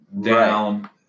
down